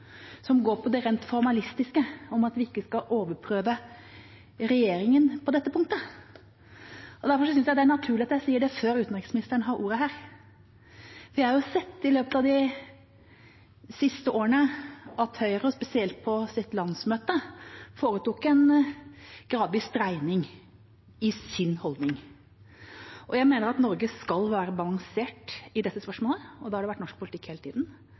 som går på det rent formalistiske om at vi ikke skal overprøve regjeringa på dette punktet. Derfor synes jeg det er naturlig at jeg sier det før utenriksministeren har ordet her. Vi har jo sett i løpet av de siste årene at Høyre, spesielt på sitt landsmøte, foretok en gradvis dreining i sin holdning. Jeg mener at Norge skal være balansert i dette spørsmålet, og det har vært norsk politikk hele